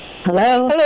Hello